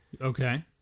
Okay